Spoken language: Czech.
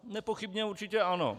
Nepochybně určitě ano.